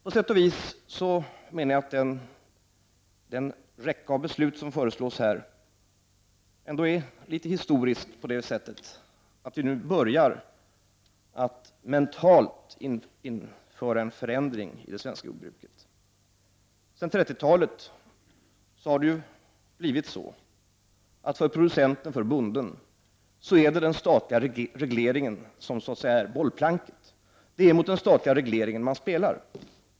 På sätt och vis menar jag att den räcka av beslut som här föreslås ändå är litet historisk. Vi börjar nu att mentalt införa en förändring i det svenska jordbruket. Men sedan 1930-talet har det blivit så att för producenten, bonden, är den statliga regleringen så att säga bollplanket. Det är mot den statliga regleringen han spelar.